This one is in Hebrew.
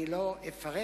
אני לא אפרט,